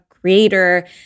creator